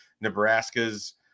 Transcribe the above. Nebraska's